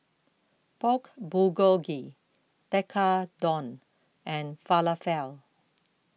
Pork Bulgogi Tekkadon and Falafel